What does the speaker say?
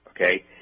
okay